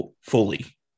fully